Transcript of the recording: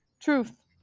truth